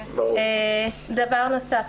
דבר נוסף,